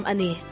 Ani